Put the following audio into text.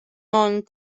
ond